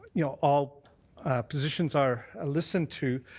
you know all positions are ah listened to,